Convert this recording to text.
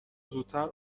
زودتر